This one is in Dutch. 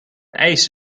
ijs